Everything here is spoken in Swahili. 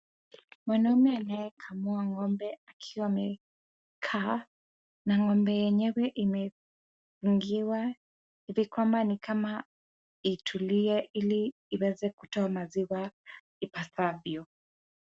Mwanume anaye kamua ng'ombe akiwa amekaa, na ng'ombe yenyewe imefungiwa. Hivi kwamba ni kama itulie ili iweze kutoa maziwa Ipasavyo.